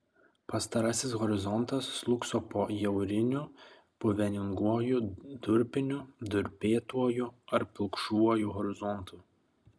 pastarasis horizontas slūgso po jauriniu puveninguoju durpiniu durpėtuoju ar pilkšvuoju horizontu